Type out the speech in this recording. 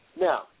Now